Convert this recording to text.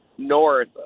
North